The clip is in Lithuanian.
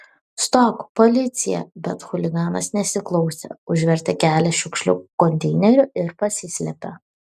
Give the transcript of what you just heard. stok policija bet chuliganas nesiklausė užvertė kelią šiukšlių konteineriu ir pasislėpė